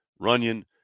Runyon